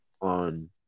on